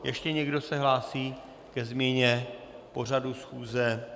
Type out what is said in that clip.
Ještě někdo se hlásí ke změně pořadu schůze?